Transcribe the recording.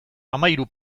hamahiru